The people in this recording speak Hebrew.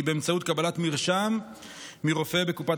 היא באמצעות קבלת מרשם מרופא בקופת